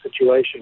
situation